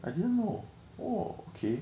I didn't know oh okay